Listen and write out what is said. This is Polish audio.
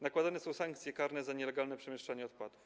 Nakładane są sankcje karne za nielegalne przemieszczanie odpadów.